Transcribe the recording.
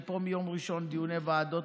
אני פה מיום ראשון, דיוני ועדות.